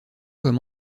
comme